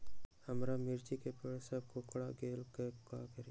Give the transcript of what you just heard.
हमारा मिर्ची के पेड़ सब कोकरा गेल का करी?